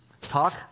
Talk